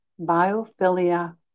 biophilia